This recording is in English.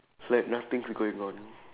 it's like nothing going on